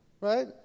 right